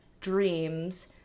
dreams